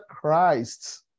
Christ